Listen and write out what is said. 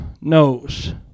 knows